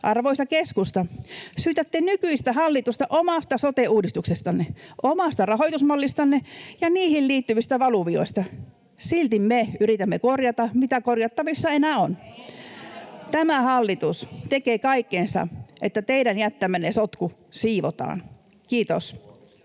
arvoisa keskusta, syytätte nykyistä hallitusta omasta sote-uudistuksestanne, omasta rahoitusmallistanne ja niihin liittyvistä valuvioista. Silti me yritämme korjata, mitä korjattavissa enää on. [Eduskunnasta: Leikkaamalla ja keskittämällä!] Tämä hallitus tekee kaikkensa, että teidän jättämänne sotku siivotaan. — Kiitos.